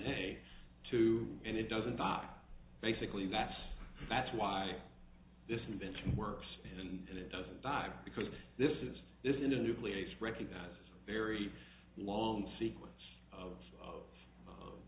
a to and it doesn't die basically that's that's why this invention works and it doesn't die because this is this in a new place recognizes very long sequence of